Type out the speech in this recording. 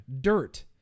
Dirt